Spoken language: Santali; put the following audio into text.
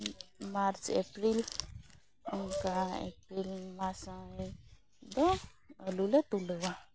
ᱢᱟᱨᱪ ᱮᱯᱨᱤᱞ ᱚᱱᱠᱟ ᱮᱯᱨᱤᱞ ᱢᱟᱨᱪ ᱥᱚᱢᱚᱭ ᱫᱚ ᱟᱹᱞᱩ ᱞᱮ ᱛᱩᱞᱟᱹᱣᱟ